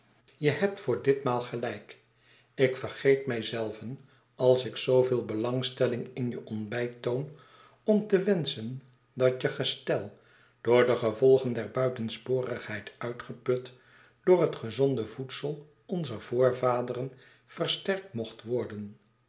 je hebt voor ditmaal gelijk ik vergeet mij zelven als ik zoo veel belangstelling in je ontbijt toon om te wenschen dat je gestel door de gevolgen der buitensporigheid uitgeput door het gezonde voedsel onzer voorvaderen versterkt mocht worden